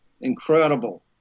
incredible